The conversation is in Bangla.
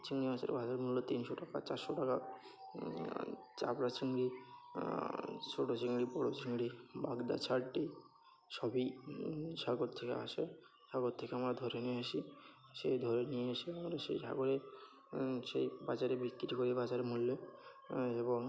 চিংড়ি মাছের বাজারমূল্য তিনশো টাকা চারশো টাকা চাপড়া চিংড়ি ছোট চিংড়ি বড় চিংড়ি বাগদা ছাটটি সবই সাগর থেকে আসে সাগর থেকে আমরা ধরে নিয়ে আসি সেই ধরে নিয়ে এসে আমরা সেই সাগরে সেই বাজারে বিক্রি করি বাজারমূল্যে এবং